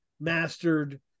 mastered